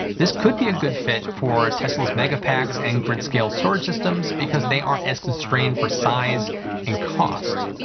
this could be a good fit for tesla's megapacks and grid scale storage systems because they aren't as constrained for size and cost,